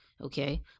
Okay